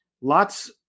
lots